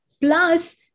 Plus